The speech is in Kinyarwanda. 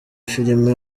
filime